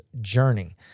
journey